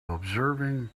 observing